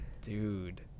dude